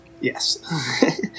Yes